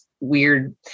weird